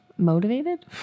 motivated